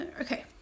okay